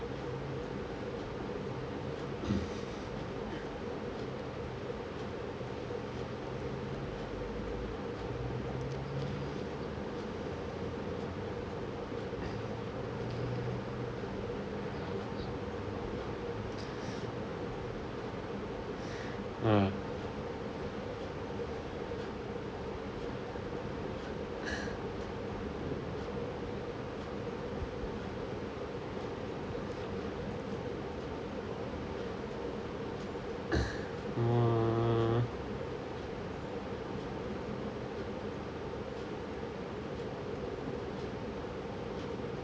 !wah! !wah!